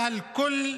תודה רבה.